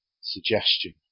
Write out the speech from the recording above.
suggestion